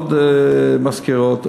עוד מזכירות,